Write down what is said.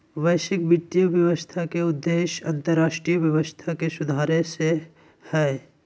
वैश्विक वित्तीय व्यवस्था के उद्देश्य अन्तर्राष्ट्रीय व्यवस्था के सुधारे से हय